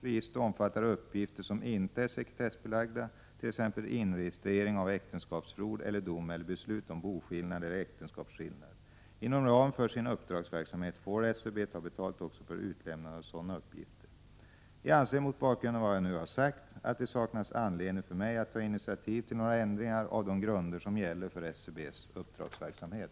Registret omfattar uppgifter som inte är sekretessbelagda, t.ex. inregistrering av äktenskapsförord eller dom eller beslut om boskillnad eller äktenskapsskillnad. Inom ramen för sin uppdragsverksamhet får SCB ta betalt för utlämnande av sådana uppgifter. Jag anser mot bakgrund av vad jag nu har sagt att det saknas anledning för mig att ta initiativ till några ändringar av de grunder som gäller för SCB:s uppdragsverksamhet.